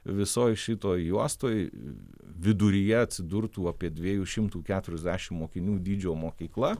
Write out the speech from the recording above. visoj šitoj juostoj viduryje atsidurtų apie dviejų šimtų keturiasdešimt mokinių dydžio mokykla